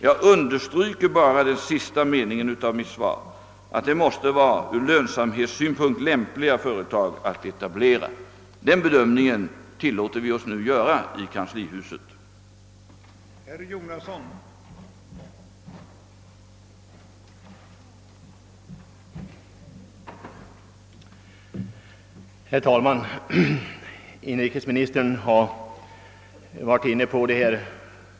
Jag understryker bara vad jag sade i den sista meningen av mitt svar, nämligen att det måste vara fråga om företag som ur lönsamhetssynpunkt är lämpliga att etablera. Vi tillåter oss nu i kanslihuset att göra denna bedömning.